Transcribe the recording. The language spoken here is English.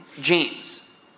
James